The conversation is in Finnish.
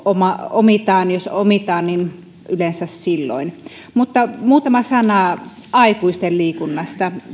omitaan jos omitaan yleensä silloin muutama sana aikuisten liikunnasta